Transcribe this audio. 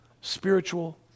spiritual